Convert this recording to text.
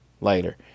later